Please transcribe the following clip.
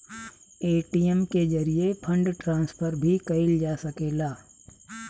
ATM के जरिये fund transfer भी कईल जा सकेला